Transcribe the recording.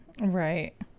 Right